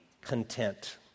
content